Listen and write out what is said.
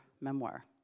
memoir